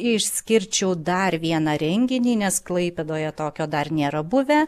išskirčiau dar vieną renginį nes klaipėdoje tokio dar nėra buvę